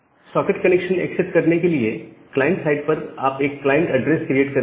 socket connection accept करने के लिए क्लाइंट साइड पर आप एक क्लाइंट एड्रेस क्रिएट करते हैं